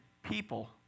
People